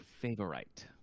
favorite